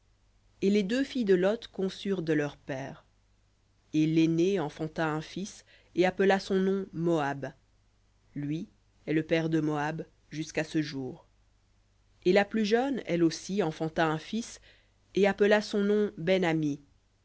et les deux filles de lot conçurent de leur père et l'aînée enfanta un fils et appela son nom moab lui est le père de moab jusqu'à ce jour et la plus jeune elle aussi enfanta un fils et appela son nom ben ammi